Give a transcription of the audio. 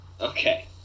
Okay